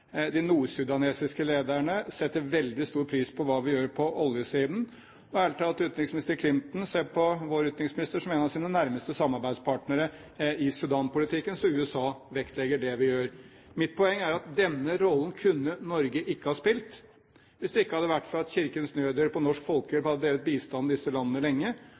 De nordsudanesiske lederne setter veldig stor pris på hva vi gjør på oljesiden. Og, ærlig talt, utenriksminister Clinton ser på vår utenriksminister som en av sine nærmeste samarbeidspartnere i Sudan-politikken. Så USA vektlegger det vi gjør. Mitt poeng er at denne rollen kunne Norge ikke ha spilt hvis ikke det hadde vært for at Kirkens Nødhjelp og Norsk Folkehjelp hadde drevet bistand i disse landene lenge,